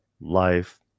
life